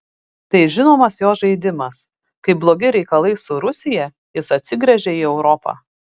tai žinomas jo žaidimas kai blogi reikalai su rusija jis atsigręžia į europą